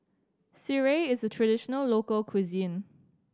Sireh is a traditional local cuisine